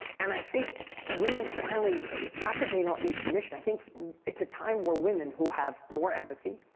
and i think women finally, it's not that they don't need permission, i think it's a time where women who have more empathy,